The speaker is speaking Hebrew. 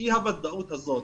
אי-הוודאות הזאת